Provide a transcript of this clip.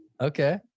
Okay